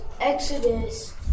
Exodus